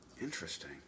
Interesting